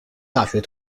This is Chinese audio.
大学